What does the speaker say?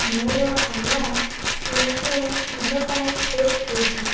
ମୋର ଆଲାର୍ମ କେଉଁ କେଉଁ ଦିନ ପାଇଁ ସେଟ୍ ହୋଇଛି